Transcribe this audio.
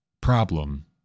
problem